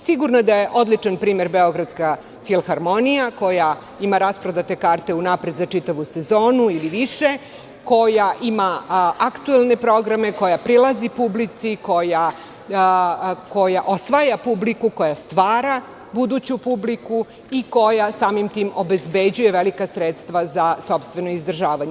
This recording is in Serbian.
Sigurno da je odličan primer Beogradska filharmonija koja ima rasprodate karte za čitavu sezonu ili više, koja ima aktuelne programe, koja prilazi publici, koja osvaja publiku, koja stvara buduću publiku i koja samim tim obezbeđuje velika sredstva za sopstveno izdržavanje.